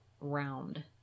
round